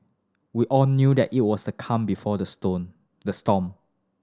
we all knew that it was the calm before the stone the storm